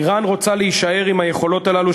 איראן רוצה להישאר עם היכולות האלה,